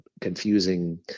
confusing